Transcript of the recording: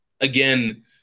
again